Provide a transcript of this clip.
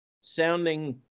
sounding